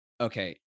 okay